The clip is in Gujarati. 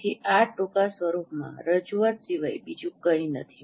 તેથી આ ટૂંકા સ્વરૂપમાં રજૂઆત સિવાય બીજું કંઈ નથી